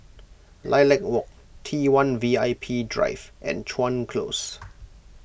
Lilac Walk T one V I P Drive and Chuan Close